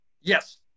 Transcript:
Yes